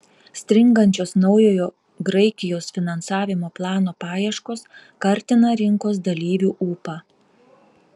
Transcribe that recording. stringančios naujojo graikijos finansavimo plano paieškos kartina rinkos dalyvių ūpą